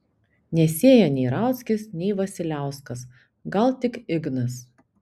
nesėja nei rauckis nei vasiliauskas gal tik ignas